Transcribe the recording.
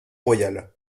royal